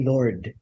Lord